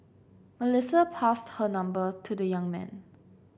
Melissa passed her number to the young man